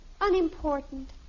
Unimportant